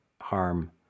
harm